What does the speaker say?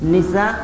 Nisa